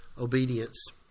obedience